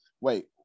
wait